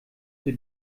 für